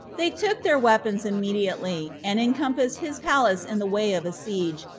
they took their weapons immediately, and encompassed his palace in the way of a siege,